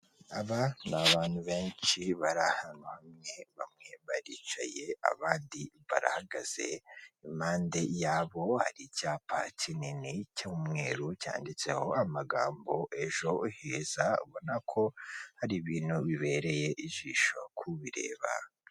Aba ni abantu benshi bari ahantu hamwe. Bamwe baricaye abandi barahagaze, impande yabo hari icyapa kinini cy'umweru cyanditseho amagambo ejo heza ubona ko ari ibintu bibereye ijisho kubireba.